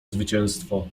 zwycięstwo